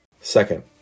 Second